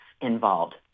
involved